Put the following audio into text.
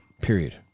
Period